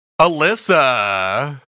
Alyssa